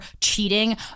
cheating